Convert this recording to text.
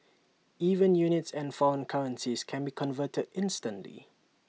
even units and foreign currencies can be converted instantly